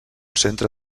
centre